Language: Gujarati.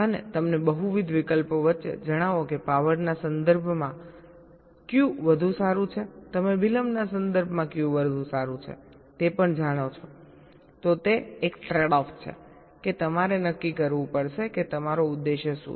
અને તમને બહુવિધ વિકલ્પો વચ્ચે જણાવો કે પાવરના સંદર્ભમાં કયું વધુ સારું છે તમે વિલંબના સંદર્ભમાં કયું વધુ સારું છે તે પણ જાણો છો તો તે એક ટ્રેડઓફ છે કે તમારે નક્કી કરવું પડશે કે તમારો ઉદ્દેશ્ય શું છે